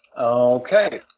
Okay